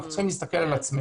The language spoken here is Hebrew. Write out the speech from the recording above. אנחנו צריכים להסתכל על עצמנו.